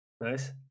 nice